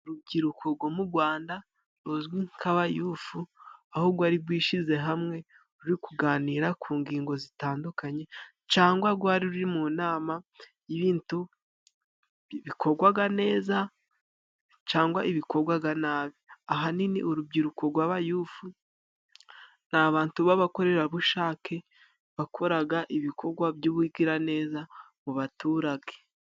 Urubyiruko go mu Gwanda ruzwi nk'abayufu aho gwari gwishize hamwe ruri kuganira ku ngingo zitandukanye, cangwa gwari ruri mu nama y'ibintu bikogwaga neza cangwa ibikogwaga nabi. Ahanini urubyiruko gw'abayufu ni abantu b'abakorera bushake bakoraga ibikorwa by'ubugiraneza mu baturage.